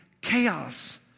chaos